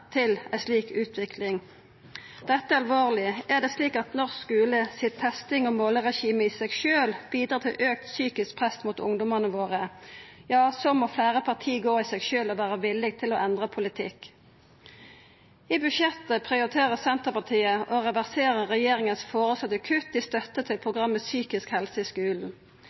til ei slik utvikling. Dette er alvorleg. Er det slik at norsk skule si testing og måleregimet i seg sjølv bidreg til auka psykisk press mot ungdomane våre, må fleire parti gå i seg sjølve og vera villige til endra politikk. I budsjettet prioriterer Senterpartiet å reversera regjeringas føreslåtte kutt i støtte programmet om psykisk helse i skulen.